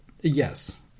Yes